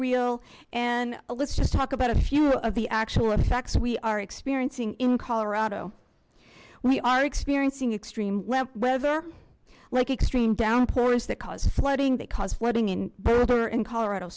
real and let's just talk about a few of the actual effects we are experiencing in colorado we are experiencing extreme weather like extreme downpours that caused flooding that caused flooding in boulder in colorado